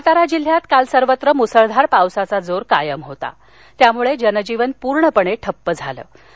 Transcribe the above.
सातारा जिल्ह्यात काल सर्वत्र मुसळधार पावसाचा जोर कायम होता त्यामुळं जनजीवन पूर्णपणे ठप्प झाले होतं